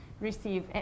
receive